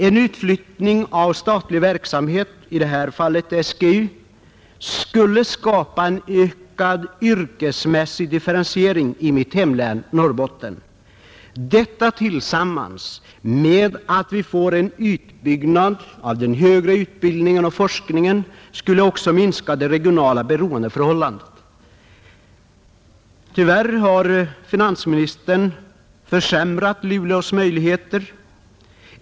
En utflyttning av statlig verksamhet, i detta fall SGU, skulle skapa ökad yrkesmässig differentiering inom mitt hemlän, Norrbotten, Detta tillsammans med att vi får en utbyggnad av den högre utbildningen och forskningen skulle också minska det regionala beroendeförhållandet. Tyvärr har finansministern försämrat Luleås möjligheter.